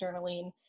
journaling